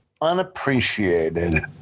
Unappreciated